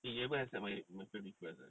you haven't accept my my friend request